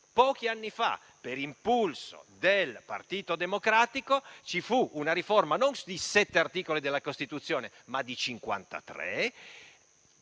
pochi anni fa, per impulso del Partito Democratico, ci fu una riforma non di sette, ma di 53 articoli della Costituzione, che